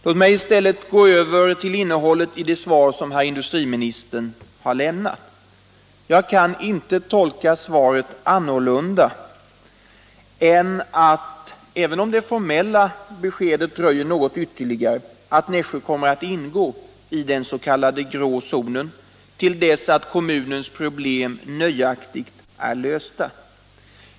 Låg mig i stället gå över till innehållet i det svar som herr industriministern har lämnat. Jag kan inte tolka svaret annorlunda — även om det formella beskedet dröjer något ytterligare — än att Nässjö kommun kommer att ingå i den s.k. grå zonen till dess att kommunens problem är nöjaktigt lösta.